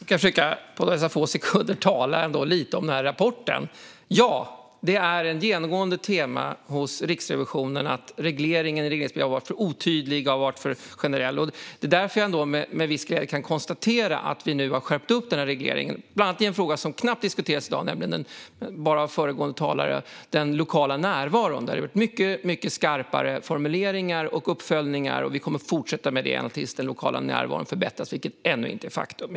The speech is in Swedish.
Herr talman! Jag ska på några få sekunder försöka tala lite om denna rapport. Ja, det är ett genomgående tema hos Riksrevisionen att regleringsbreven har varit för otydliga och för generella. Det är därför jag med viss glädje kan konstatera att vi nu har skärpt regleringen, bland annat i en fråga som knappt diskuteras i dag, bara av den föregående talaren, nämligen den lokala närvaron. Där har vi gjort mycket skarpare formuleringar och uppföljningar. Och vi kommer att fortsätta med det tills den lokala närvaron förbättras, vilket ännu inte är ett faktum.